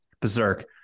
berserk